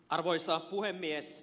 arvoisa puhemies